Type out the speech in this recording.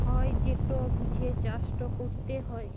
হ্যয় যেট বুঝে চাষট ক্যরতে হয়